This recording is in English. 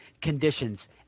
conditions